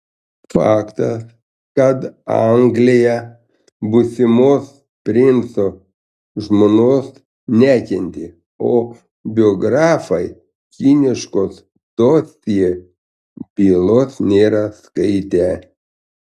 faktas kad anglija būsimos princo žmonos nekentė o biografai kiniškos dosjė bylos nėra skaitę